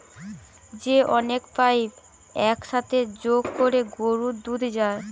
যে অনেক পাইপ এক সাথে যোগ কোরে গরুর দুধ যায়